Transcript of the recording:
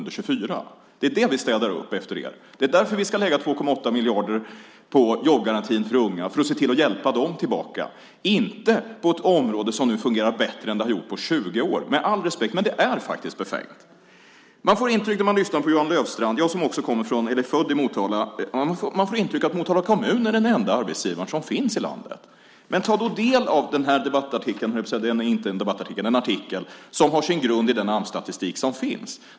Det är det vi städar upp. Vi ska lägga 2,8 miljarder på jobbgarantin för unga för att se till att hjälpa dem tillbaka, inte på ett område som nu fungerar bättre än det har gjort på 20 år. Det är faktiskt befängt. Jag är född i Motala. När man lyssnar på Johan Löfstrand får man intrycket att Motala kommun är den enda arbetsgivare som finns i landet. Ta då del av den här artikeln. Den har sin grund i den Amsstatistik som finns.